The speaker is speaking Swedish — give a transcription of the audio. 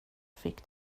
fick